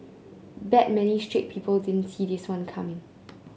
bet many straight people didn't see this one coming